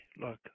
look